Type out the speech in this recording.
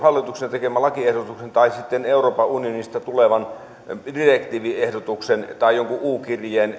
hallituksen tekemällä lakiehdotuksella tai sitten euroopan unionista tulevalla direktiiviehdotuksella tai jollain u kirjeellä